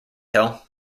hill